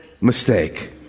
mistake